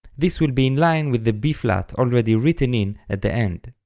this will be in line with the b-flat already written in at the end.